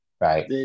right